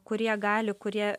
kurie gali kurie